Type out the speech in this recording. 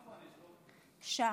שעה.